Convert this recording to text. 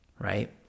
right